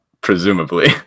presumably